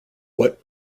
what